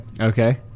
Okay